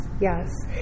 yes